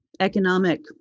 economic